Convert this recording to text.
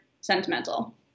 sentimental